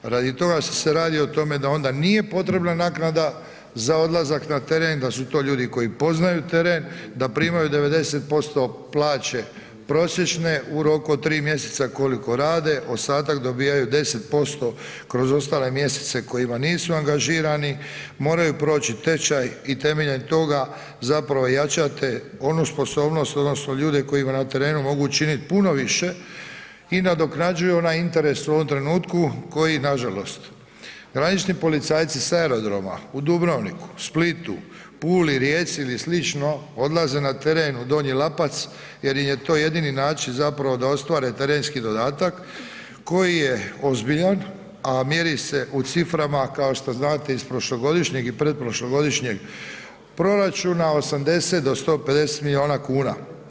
Radi toga što se radi o tome da onda nije potrebna naknada za odlazak na teren, da su to ljudi koji poznaju teren da primaju 90% plaće prosječne u roku od 3 mj. koliko rade, ostatak dobivaju 10% kroz ostale mjesece u kojima nisu angažirani, moraju proći tečaj i temeljem toga zapravo jačate onu sposobnost odnosno ljude koji vam na terenu mogu učinit puno više i nadoknađuju onaj interes u ovom trenutku koji nažalost granični policajci sa aerodroma u Dubrovniku, Splitu, Puli, Rijeci ili slično, odlaze na teren u Donji Lapac jer im je to jedini način zapravo da ostvare terenski dodatak koji je ozbiljan a mjeri se u ciframa kao što znate iz prošlogodišnjeg i pretprošlogodišnjeg proračuna, 80 do 150 milijuna kuna.